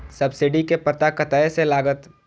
Subsidy के पता कतय से लागत?